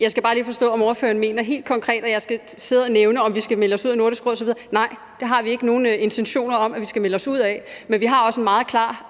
Jeg skal bare lige forstå, om ordføreren mener, at jeg helt konkret skal sidde og nævne, om vi skal melde os ud af Nordisk Råd osv. Nej, det har vi ikke nogen intentioner om at vi skal melde os ud af, men vi har en meget klar